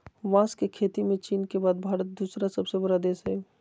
बांस के खेती में चीन के बाद भारत दूसरा सबसे बड़ा देश हइ